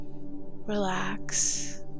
relax